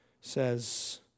says